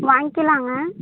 வாங்கிலாங்க